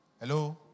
Hello